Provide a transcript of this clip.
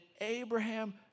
Abraham